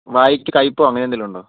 വായയ്ക്ക് കയ്പ്പോ അങ്ങനെ എന്തെങ്കിലും ഉണ്ടോ